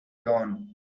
dawn